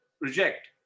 reject